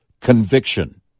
Conviction